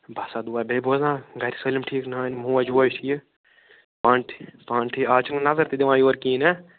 بس ہا دُعا بیٚیہِ بوزناو گَرِ سٲلِم ٹھیٖک نٲنۍ موج ووج ٹھیٖک پانہٕ ٹھی پانہٕ ٹھیٖک اَز چھُکھ نہٕ نظر تہِ دِوان یورٕ کِہیٖنۍ ہاں